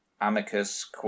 Amicus